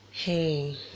Hey